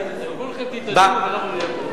כולכם תתאדו, אנחנו נהיה פה.